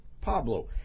Pablo